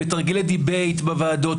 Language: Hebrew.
בתרגילי דיבייט בוועדות,